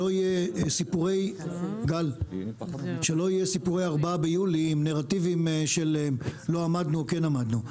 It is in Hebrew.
שלא יהיו סיפורי ארבעה ביולי עם נרטיבים של לא עמדנו או כן עמדנו.